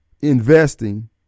investing